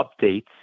updates